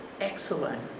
excellent